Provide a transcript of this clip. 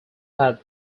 had